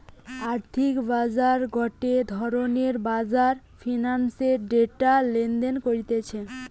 আর্থিক বাজার গটে ধরণের বাজার ফিন্যান্সের ডেটা লেনদেন করতিছে